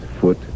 foot